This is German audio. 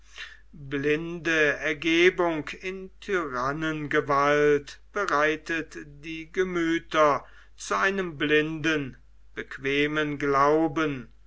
blinde ergebung in tyrannengewalt bereitet die gemüther zu einem blinden bequemen glauben